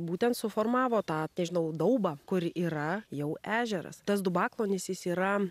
būtent suformavo tą nežinau daubą kur yra jau ežeras tas dubaklonis jis yra